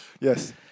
Yes